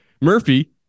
Murphy